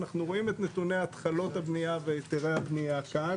אנחנו רואים את נתוני התחלות הבנייה והיתרי הבנייה כאן